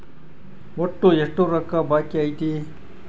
ಒಟ್ಟು ಎಷ್ಟು ರೊಕ್ಕ ಬಾಕಿ ಐತಿ?